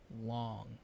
long